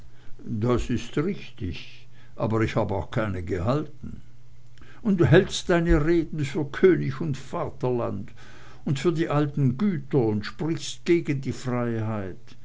das is richtig aber ich hab auch keine gehalten und hältst deine reden für könig und vaterland und für die alten güter und sprichst gegen die freiheit